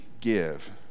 give